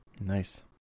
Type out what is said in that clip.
Nice